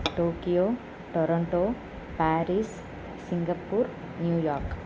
Tokyo Toronto Paris Singapore New York